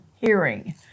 hearing